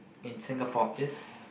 in Singapore is